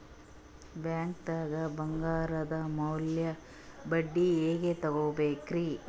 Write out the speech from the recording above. ಬ್ಯಾಂಕ್ದಾಗ ಬಂಗಾರದ್ ಮ್ಯಾಲ್ ಬಡ್ಡಿ ಹೆಂಗ್ ತಗೋಬೇಕ್ರಿ?